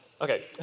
Okay